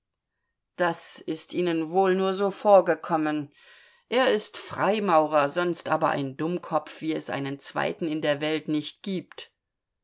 das ist ihnen wohl nur so vorgekommen er ist freimaurer sonst aber ein dummkopf wie es einen zweiten in der welt nicht gibt